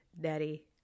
daddy